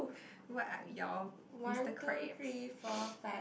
what are yall mister Krabbs